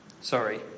Sorry